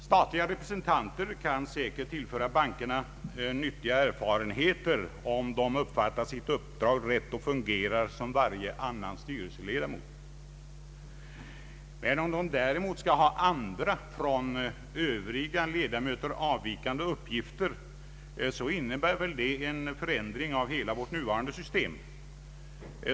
Statliga styrelserepresentanter kan säkert tillföra bankerna nyttiga erfarenheter, om de uppfattar sitt uppdrag rätt och fungerar som varje annan styrelseledamot. Om de däremot skall ha andra från övriga styrelseledamöter avvikande uppgifter, så innebär det en förändring av hela det nuvarande systemet.